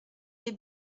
les